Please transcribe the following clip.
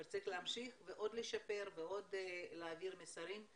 אבל צריך להמשיך ועוד לשפר ועוד להעביר מסרים,